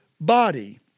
body